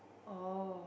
oh